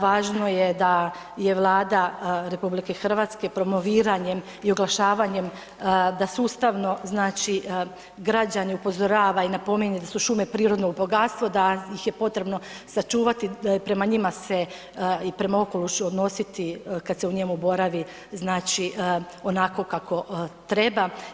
Važno je da je Vlada RH promoviranjem i oglašavanjem da sustavno građani upozorava i napominje da su šume prirodno bogatstvo, da ih je potrebno sačuvati, prema njima se i prema okolišu odnositi, kad se u njemu boravi, znači onako kako treba.